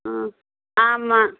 ம் ஆமாம்